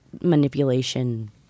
manipulation